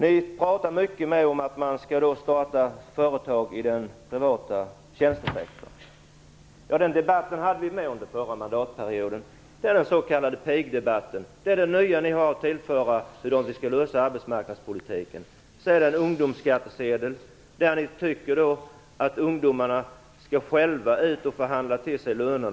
Ni pratar mycket om att man skall starta företag i den privata tjänstesektorn. Den debatten förde vi också under förra mandatperioden. Det är den s.k. Det nya ni har att tillföra när det gäller hur vi skall lösa problemen på arbetsmarknaden är att ni föreslår en ungdomsskattsedel och tycker att ungdomarna själva skall ut och förhandla till sig löner.